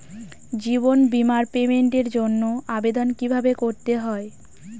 জীবন বীমার পেমেন্টের জন্য আবেদন কিভাবে করতে হয়?